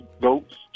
goats